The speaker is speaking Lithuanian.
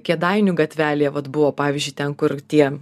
kėdainių gatvelė vat buvo pavyzdžiui ten kur tie